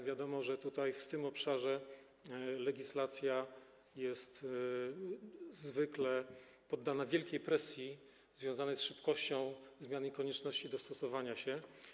Wiadomo, że tutaj, w tym obszarze, legislacja jest zwykle poddana wielkiej presji związanej z szybkością zmiany, koniecznością dostosowania się.